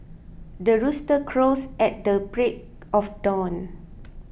the rooster crows at the break of dawn